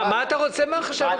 מה אתה רוצה מהחשב הכללי?